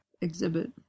exhibit